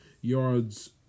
yards